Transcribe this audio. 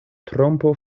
trompo